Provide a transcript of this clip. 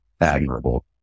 admirable